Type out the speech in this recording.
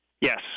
Yes